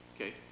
Okay